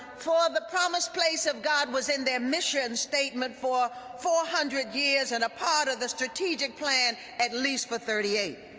for ah the promised place of god was in their mission statement for four hundred years and a part of the strategic plan at least for thirty eight.